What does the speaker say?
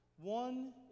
One